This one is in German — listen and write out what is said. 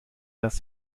dass